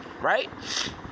Right